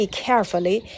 carefully